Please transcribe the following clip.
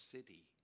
City